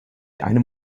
einem